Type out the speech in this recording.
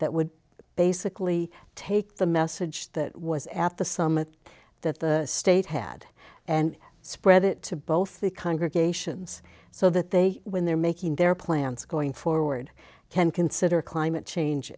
that would basically take the message that was at the summit that the state had and spread it to both the congregations so that they when they're making their plans going forward can consider climate change